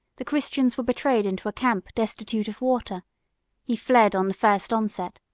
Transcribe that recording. the christians were betrayed into a camp destitute of water he fled on the first onset,